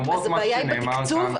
למרות מה שנאמר כאן --- הבעיה היא בתקצוב?